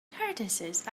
tortoises